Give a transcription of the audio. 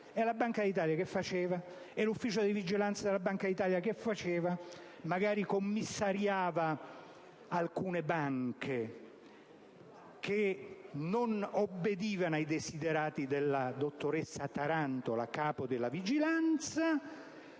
E la Banca d'Italia che faceva? L'ufficio di vigilanza della Banca d'Italia che faceva? Magari commissariava alcune banche, che non obbedivano ai *desiderata* della dottoressa Tarantola, responsabile della vigilanza,